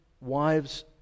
wives